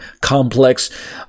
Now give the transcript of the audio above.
complex